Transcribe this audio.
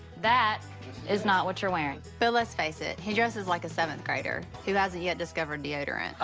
that is not what you're wearing. but let's face it, he dresses like a seventh grader, who hasn't yet discovered deodorant.